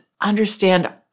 understand